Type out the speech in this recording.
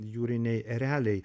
jūriniai ereliai